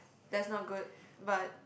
that's not good but